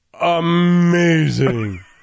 amazing